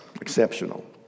Exceptional